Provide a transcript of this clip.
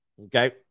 okay